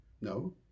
No